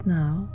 now